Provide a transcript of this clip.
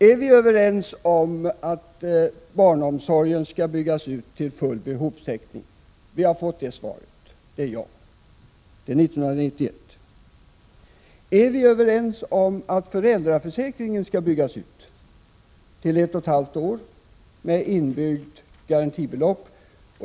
Är vi överens om att barnomsorgen skall byggas ut till full behovstäckning? Svaret på den frågan är ja, och det skall ske fram till år 1991. Är vi överens om att föräldraförsäkringen skall byggas ut och omfatta ett och ett halvt år med inbyggt garantibelopp?